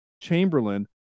Chamberlain